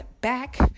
back